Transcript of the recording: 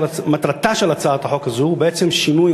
מטרתה של הצעת החוק הזו היא בעצם שינוי,